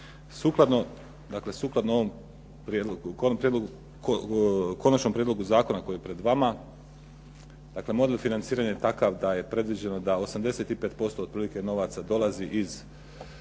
Sukladno ovom Konačnom prijedlogu zakona koji je pred vama, dakle model financiranja je takav da je predviđeno da 85% otprilike novaca dolazi iz